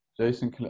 Jason